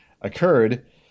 occurred